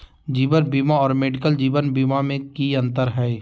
जीवन बीमा और मेडिकल जीवन बीमा में की अंतर है?